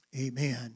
Amen